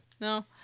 No